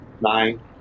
nine